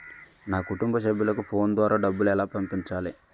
నా కుటుంబ సభ్యులకు ఫోన్ ద్వారా డబ్బులు ఎలా పంపించాలి?